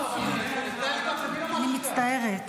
אני מצטערת.